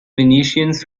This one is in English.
venetians